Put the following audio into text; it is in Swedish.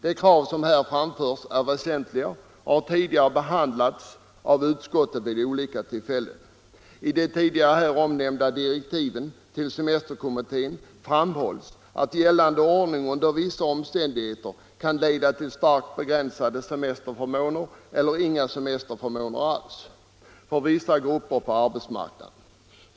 De krav som här har framförts är väsentliga och har tidigare behandlats av utskottet vid olika tillfällen. I de tidigare här omnämnda direktiven till semesterkommittén framhålls att gällande ordning under vissa omständigheter kan leda till starkt begränsade semesterförmåner eller inga semesterförmåner alls för vissa grupper på arbetsmarknaden.